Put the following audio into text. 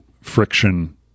friction